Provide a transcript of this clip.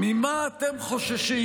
ממה אתם חוששים,